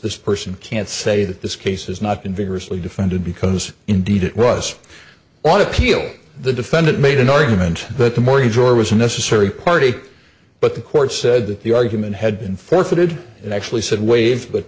this person can't say that this case has not been vigorously defended because indeed it was on appeal the defendant made an argument but the mortgage or was necessary party but the court said that the argument had been forfeited and actually said waive but